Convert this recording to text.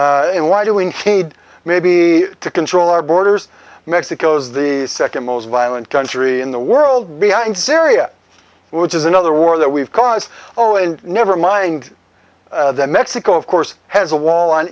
and why doing cade may be to control our borders mexico's the second most violent country in the world beyond syria which is another war that we've caused all in never mind that mexico of course has a wall on